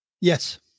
Yes